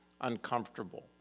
uncomfortable